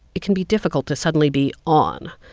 it can be difficult to suddenly be on.